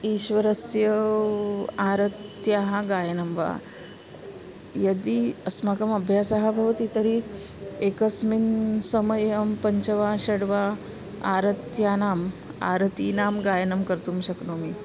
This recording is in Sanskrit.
ईश्वरस्य आरत्याः गायनं वा यदि अस्माकम् अभ्यासः भवति तर्हि एकस्मिन् समये अहं पञ्च वा षड् वा आरत्यानाम् आरतीनां गायनं कर्तुं शक्नोमि